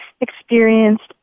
experienced